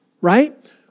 right